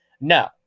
No